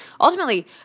ultimately